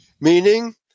meaning